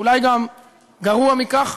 אולי גם גרוע מכך,